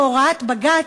בהוראת בג"ץ,